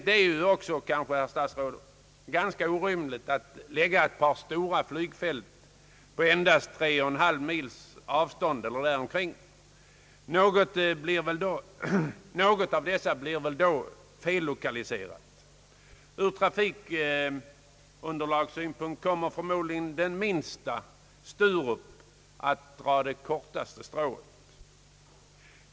Det är också, herr statsråd, ganska orimligt att lägga ett par stora flygfält på endast omkring tre och en halv mils avstånd från varandra. Något av dessa måste väl då bli fellokaliserat. Från trafikunderlagssynpunkt kommer förmodligen det mindre, Sturup, att dra det kortaste strået.